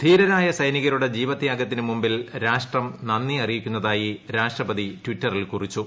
ധീരരായ സൈനികരുടെ ജീവത്യാഗത്തിന് മുമ്പിൽ രാഷ്ട്രം നന്ദി അറിയിക്കുന്നതായി രാഷ്ട്രപതി ട്വിറ്ററിൽ കുറിച്ചു